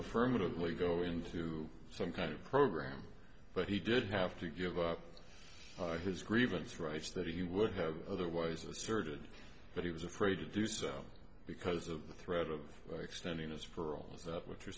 affirmatively go into some kind of program but he did have to give up his grievance rights that he would have otherwise asserted but he was afraid to do so because of the threat of extending this for all is that what you're